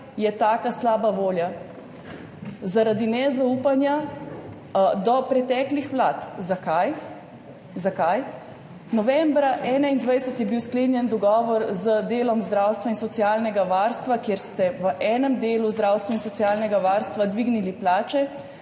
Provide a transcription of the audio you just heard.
je taka slaba volja. Zaradi nezaupanja do preteklih vlad. Zakaj? Zakaj? Novembra 2021 je bil sklenjen dogovor z delom zdravstva in socialnega varstva, kjer ste v enem delu zdravstva in socialnega varstva dvignili plače,